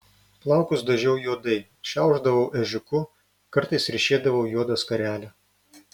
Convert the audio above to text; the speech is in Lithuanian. plaukus dažiau juodai šiaušdavau ežiuku kartais ryšėdavau juodą skarelę